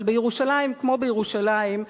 אבל בירושלים כמו בירושלים,